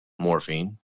morphine